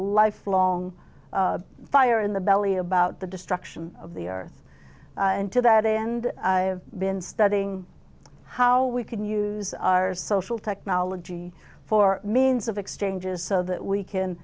lifelong fire in the belly about the destruction of the earth and to that end i've been studying how we can use our social technology for means of exchanges so that we can